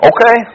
Okay